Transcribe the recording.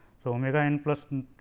so, omega n plus one